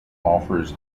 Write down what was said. offers